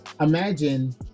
imagine